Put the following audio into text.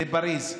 לפריז,